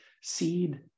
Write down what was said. seed